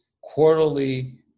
quarterly